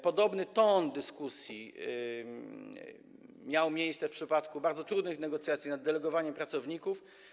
Podobny ton dyskusji miał miejsce w przypadku bardzo trudnych negocjacji w sprawie delegowania pracowników.